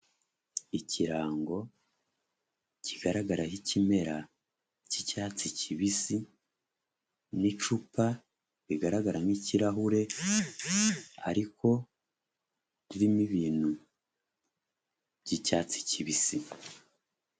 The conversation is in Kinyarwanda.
Ikirango kigaragaraho ikimera cy'icyatsi kibisi n'icupa rigaragara nk'ikirahure, ariko ririmo ibintu by'icyatsi kibisi.